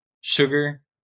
sugar